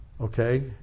Okay